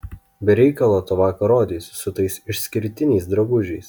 be reikalo tu vakar rodeis su tais išskirtiniais drabužiais